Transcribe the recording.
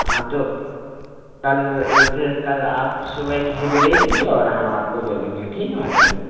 हाँ तो कल फिर कल आप सुबह किसी को भेज दीजिए और हम आपको दे देंगे ठीक है माता जी